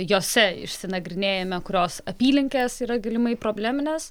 jose išsinagrinėjame kurios apylinkės yra galimai probleminės